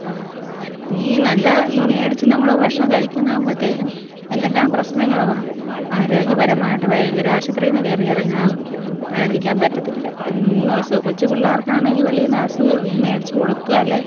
ഈ നല്ല ഈ മേടിച്ച് നമ്മൾ ഭക്ഷണം കഴിക്കുന്നമ്പഴ്ത്തേക്കും എന്തെല്ലാം പ്രശ്നങ്ങൾ അവ ആരോഗ്യപരമായിട്ട് ഭയങ്കര ആശുപത്രിയിൽനിന്ന് കയറി ഇറങ്ങാതിരിക്കാന് പറ്റത്തില്ല എന്നും അസുഖം കൊച്ചു പിള്ളാര്ക്ക് ആണെങ്കിൽ വെളിയിൽനിന്ന് ഇത് മേടിച്ച് കൊടുത്താലേ